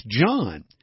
John